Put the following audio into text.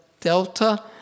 Delta